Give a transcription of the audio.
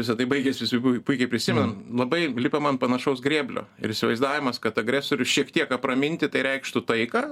visa tai baigės visi pu puikiai prisimenat labai lipam ant panašaus grėblio ir įsivaizdavimas kad agresorių šiek tiek apraminti tai reikštų taiką